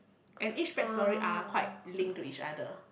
and each back story are quite link to each other